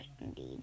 indeed